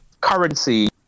currency